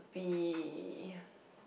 be